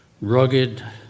rugged